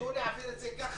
תנו להעביר את זה ככה.